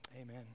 Amen